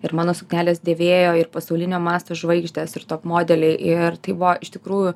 ir mano sukneles dėvėjo ir pasaulinio masto žvaigždės ir top modeliai ir tai buvo iš tikrųjų